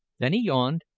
then he yawned,